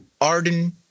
Arden